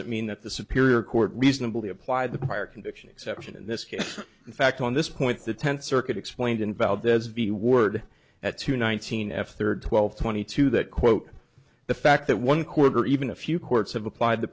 it mean that the superior court reasonably applied the prior conviction exception in this case in fact on this point the tenth circuit explained in valdez v word at two nineteen f third twelve twenty two that quote the fact that one quarter even a few courts have applied the